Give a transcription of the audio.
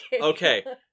Okay